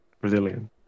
Brazilian